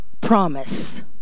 promise